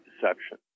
deception